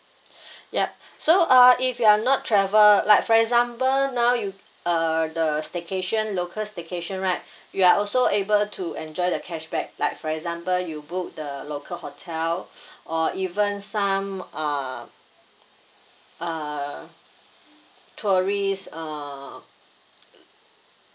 yup so uh if you are not travel like for example now you uh the staycation local staycation right you are also able to enjoy the cashback like for example you book the local hotel or even some uh uh tourist uh